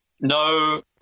no